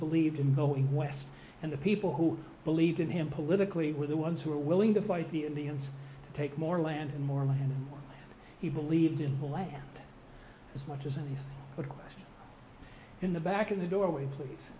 believed in the west and the people who believed in him politically were the ones who were willing to fight the indians take more land and more land he believed in the land as much as anything but in the back of the doorway please